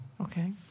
Okay